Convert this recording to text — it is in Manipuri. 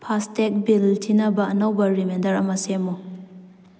ꯐꯥꯁꯇꯦꯛ ꯕꯤꯜ ꯊꯤꯅꯕ ꯑꯅꯧꯕ ꯔꯤꯃꯦꯟꯗꯔ ꯑꯃ ꯁꯦꯝꯃꯨ